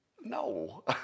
No